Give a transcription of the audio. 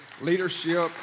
leadership